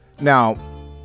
Now